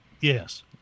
Yes